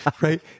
right